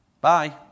bye